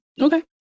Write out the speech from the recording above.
okay